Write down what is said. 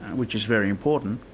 which is very important,